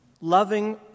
loving